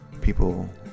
people